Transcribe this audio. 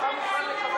שלוש דקות.